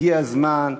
הגיע הזמן,